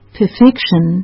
perfection